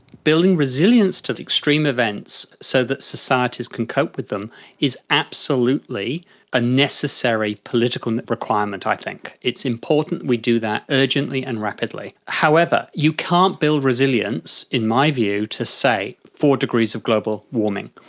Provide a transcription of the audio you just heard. building resilience to extreme events so that societies can cope with them is absolutely a necessary political requirement i think. it's important we do that urgently and rapidly. however, you can't build resilience, in my view, to, say, four degrees of global warming.